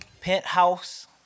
Penthouse